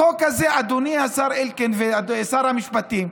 החוק הזה, אדוני השר אלקין ושר המשפטים,